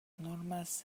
normas